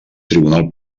tribunal